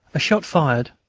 a shot fired,